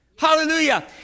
Hallelujah